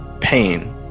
pain